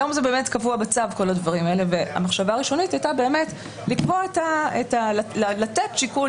היום באמת כל הדברים האלה קבועים בצו והמחשבה הראשונית הייתה לתת שיקול